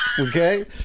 Okay